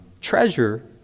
treasure